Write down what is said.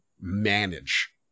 manage